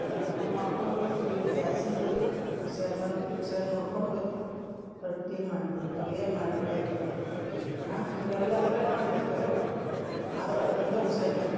ಅದು ಅನ್ಕೂರ್ ಮಾಡಿಕೊಂಡು ನೀವು ಇದು ಗ್ಯಾಸಿಂದು ಹುಷಾರ್ ಬಂದ್ ಹುಷಾರ್ ನೋಡಿಕೊಂಡು ರೊಟ್ಟಿ ಮಾಡಿರಿ ಪಲ್ಯ ಮಾಡಿರಿ ಹಾ ನೀವು ಎಲ್ಲ ಅದ್ರಾಗ ಮಾಡ್ತಿರಿ ಖರೇವ ಆದ್ರೆ ಅದರಿಂದ ಹುಷಾರ್ ಇರಬೇಕು